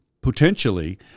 potentially